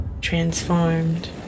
transformed